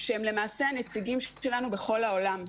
שהם למעשה הנציגים שלנו בכל העולם.